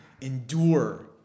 endure